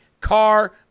car